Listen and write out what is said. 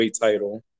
title